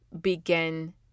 begin